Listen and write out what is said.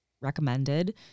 recommended